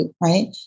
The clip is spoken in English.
right